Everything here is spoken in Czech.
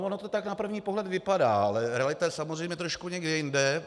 Ono to tak na první pohled vypadá, ale realita je samozřejmě trošku někde jinde.